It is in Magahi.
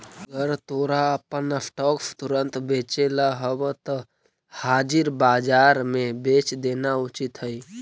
अगर तोरा अपन स्टॉक्स तुरंत बेचेला हवऽ त हाजिर बाजार में बेच देना उचित हइ